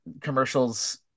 commercials